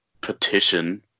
petition